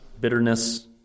bitterness